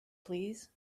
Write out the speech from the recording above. please